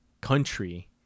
country